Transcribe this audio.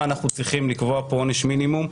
שאנחנו צריכים לקבוע פה עונש מינימום,